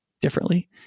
differently